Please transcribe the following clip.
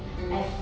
mm